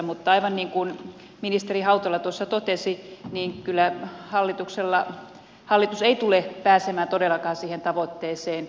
mutta aivan niin kuin ministeri hautala totesi niin hallitus ei kyllä tule todellakaan pääsemään siihen tavoitteeseen